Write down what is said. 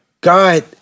God